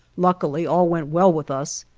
luckily all went well with us,